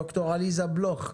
ד"ר עליזה בלוך.